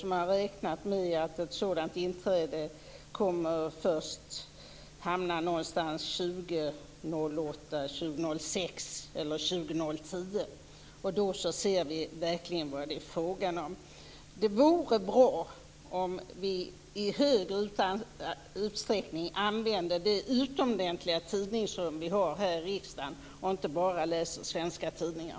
Man räknar med att ett sådant inträde kommer att ske först någonstans 2006-2010. Då ser vi verkligen vad det är fråga om. Det vore bra om vi i större utsträckning använde det utomordentliga tidningsrum som vi har här i riksdagshuset och inte bara läste svenska tidningar.